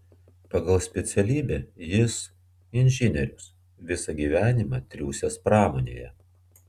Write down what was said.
pagal specialybę jis inžinierius visą gyvenimą triūsęs pramonėje